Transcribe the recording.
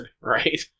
Right